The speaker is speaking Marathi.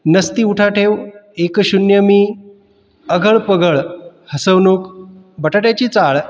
नसती उठाठेव एक शून्य मी अघळ पघळ हसवणूक बटाट्याची चाळ